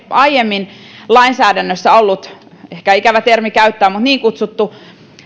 aiemmin lainsäädännössä ollut ehkä ikävä termi käyttää mutta niin kutsuttu